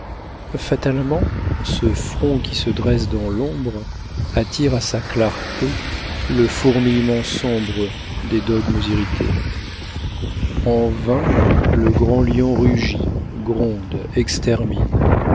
fatalement ce front qui se dresse dans l'ombre attire à sa clarté le fourmillement sombre des dogmes irrités en vain le grand lion rugit gronde extermine